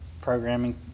programming